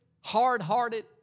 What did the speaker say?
hard-hearted